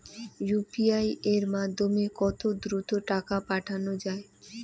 UPI এর মাধ্যমে কত দ্রুত টাকা পাঠানো যায়?